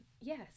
Yes